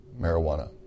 marijuana